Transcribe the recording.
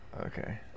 Okay